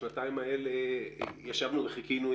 בשנתיים האלה ישבנו וחיכינו,